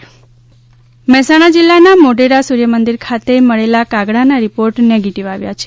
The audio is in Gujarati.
બર્ડફલૂ મહેસાણા જિલ્લાના મોઢેરા સૂર્યમમંદિર ખાતે મળેલા કાગડાના રીપોર્ટ નેગેટીવ આવ્યા છે